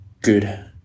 good